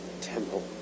temple